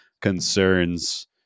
concerns